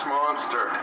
Monster